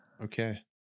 Okay